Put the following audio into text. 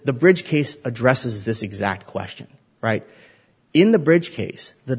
the bridge case addresses this exact question right in the bridge case the